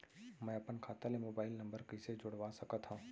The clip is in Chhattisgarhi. मैं अपन खाता ले मोबाइल नम्बर कइसे जोड़वा सकत हव?